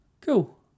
Cool